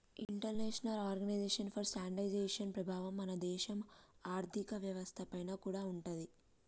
international organization for standardization ప్రభావం మన దేశ ఆర్ధిక వ్యవస్థ పైన కూడా ఉంటాది